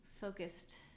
focused